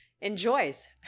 enjoys